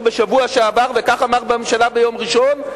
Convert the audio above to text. בשבוע שעבר וכך אמר בממשלה ביום ראשון.